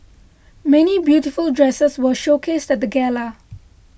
many beautiful dresses were showcased at the gala